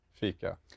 fika